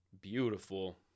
Beautiful